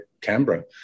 Canberra